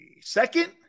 second